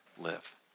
live